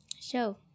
show